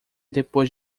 depois